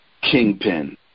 kingpin